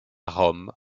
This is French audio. rome